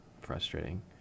frustrating